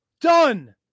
Done